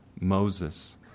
Moses